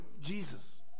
Jesus